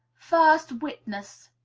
first witness!